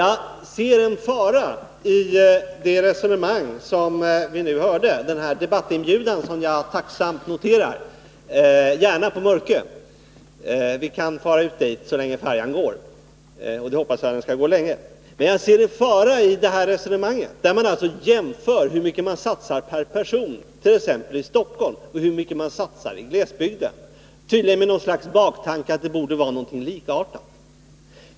Jag noterar tacksamt den inbjudan som har utfärdats. Jag kommer gärna till en debatt på Mörkö — vi kan fara ditut så länge färjan går, och det hoppas jag den skall göra länge än. Men jag ser en fara i ett resonemang där man jämför hur mycket pengar som satsas per person i Stockholm och hur mycket som satsas i glesbygden. Man har väl något slags baktanke att satsningen skall vara helt lika.